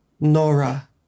Nora